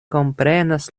komprenas